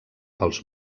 pels